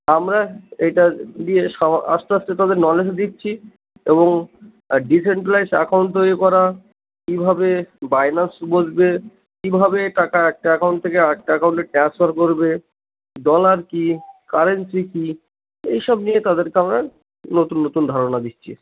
আমরা এটা দিয়ে সব আস্তে আস্তে তাদের নলেজ দিচ্ছি এবং ডিসেন্ট্রালাইজড অ্যাকাউন্ট তৈরি করা কীভাবে বাইনান্স বসবে কীভাবে টাকা একটা অ্যাকাউন্ট থেকে আরেকটা অ্যাকাউন্টে ট্রান্সফার করবে ডলার কী কারেন্সি কী এইসব নিয়ে তাদেরকে আমরা নতুন নতুন ধারণা দিচ্ছি